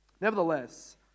Nevertheless